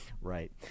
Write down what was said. right